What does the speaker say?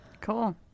cool